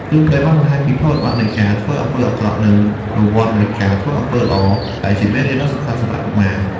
រឿងព្រេងបានបង្ហាញពីផលវិបាកនៃការធ្វើអំពើអាក្រក់ និងរង្វាន់នៃការធ្វើអំពើល្អ ដែលជាមេរៀនដ៏សំខាន់សម្រាប់កុមារ។